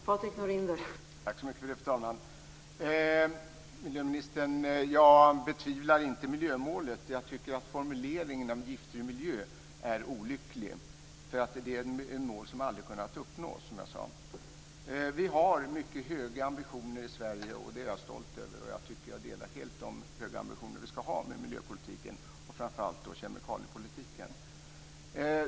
Fru talman! Miljöministern, jag betvivlar inte miljömålet men jag tycker att formuleringen giftfri miljö är olycklig. Det är ett mål som aldrig kommer att uppnås, som jag tidigare sagt. Vi har mycket höga ambitioner i Sverige och det är jag stolt över. Jag delar helt de höga ambitioner som vi ska ha inom miljöpolitiken, framför allt inom kemikaliepolitiken.